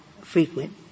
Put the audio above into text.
frequent